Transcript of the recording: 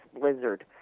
blizzard